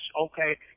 okay